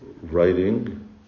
writing